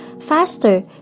Faster